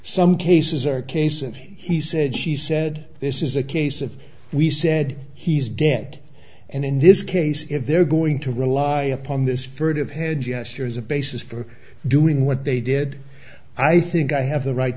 some cases or case and he said she said this is a case of we said he's dead and in this case if they're going to rely upon this furtive hand gestures a basis for doing what they did i think i have the right